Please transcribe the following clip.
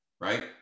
right